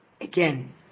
again